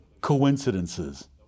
coincidences